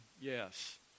yes